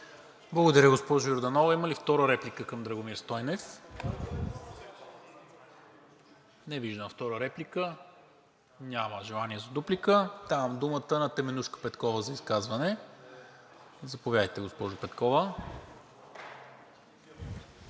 Благодаря, госпожо Йорданова. Има ли втора реплика към Драгомир Стойнев? Не виждам. Няма желание за дуплика. Давам думата на Теменужка Петкова за изказване. Заповядайте, госпожо Петкова. ТЕМЕНУЖКА